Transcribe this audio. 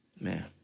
Man